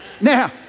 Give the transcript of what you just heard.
Now